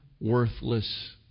worthless